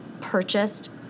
purchased